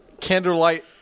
candlelight